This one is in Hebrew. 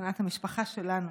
מבחינת המשפחה שלנו,